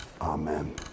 Amen